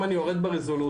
אם אני יורד ברזולוציה,